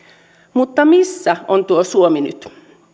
mutta missä on tuo suomi nyt